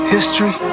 History